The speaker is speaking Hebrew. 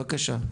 בבקשה.